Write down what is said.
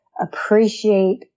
appreciate